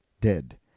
dead